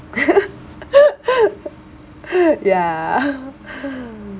ya